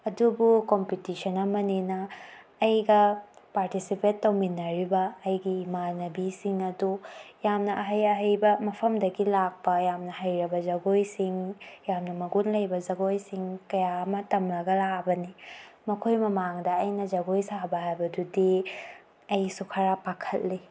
ꯑꯗꯨꯕꯨ ꯀꯝꯄꯤꯇꯤꯁꯟ ꯑꯃꯅꯤꯅ ꯑꯩꯒ ꯄꯥꯔꯇꯤꯁꯤꯄꯦꯠ ꯇꯧꯃꯤꯟꯅꯔꯤꯕ ꯑꯩꯒꯤ ꯏꯃꯥꯟꯅꯕꯤꯁꯤꯡ ꯑꯗꯨ ꯌꯥꯝꯅ ꯑꯍꯩ ꯑꯍꯩꯕ ꯃꯐꯝꯗꯒꯤ ꯂꯥꯛꯄ ꯌꯥꯝꯅ ꯍꯩꯔꯕ ꯖꯒꯣꯏꯁꯤꯡ ꯌꯥꯝꯅ ꯃꯒꯨꯟ ꯂꯩꯕ ꯖꯒꯣꯏꯁꯤꯡ ꯀꯌꯥ ꯑꯃ ꯇꯝꯃꯒ ꯂꯥꯛꯑꯕꯅꯤ ꯃꯈꯣꯏ ꯃꯃꯥꯡꯗ ꯑꯩꯅ ꯖꯒꯣꯏ ꯁꯥꯕ ꯍꯥꯏꯕꯗꯨꯗꯤ ꯑꯩꯁꯨ ꯈꯔ ꯄꯥꯈꯠꯂꯤ